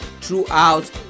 throughout